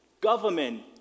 government